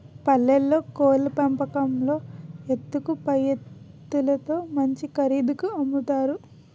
పల్లెల్లో కోళ్లు పెంపకంలో ఎత్తుకు పైఎత్తులేత్తు మంచి ఖరీదుకి అమ్ముతారు